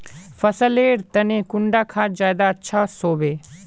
फसल लेर तने कुंडा खाद ज्यादा अच्छा सोबे?